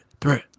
threat